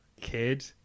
kid